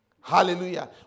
Hallelujah